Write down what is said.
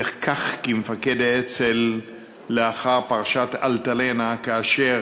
וכך, כמפקד האצ"ל לאחר פרשת "אלטלנה", כאשר